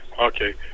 Okay